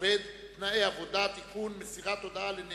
בוועדת הכלכלה של הכנסת.